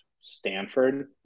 Stanford